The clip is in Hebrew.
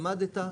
למדת,